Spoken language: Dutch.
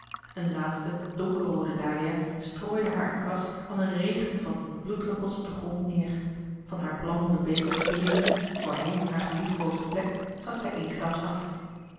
een laatste donkerroode dalia strooide haar encas als een regen van bloeddruppels op den grond neer van haar plan om de beek nog te bezoeken voorheen haar geliefkoosde plek zag zij eensklaps af